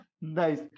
nice